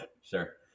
sure